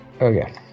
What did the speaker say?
Okay